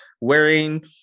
wearing